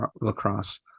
lacrosse